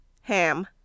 Ham